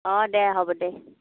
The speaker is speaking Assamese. অঁ দে হ'ব দে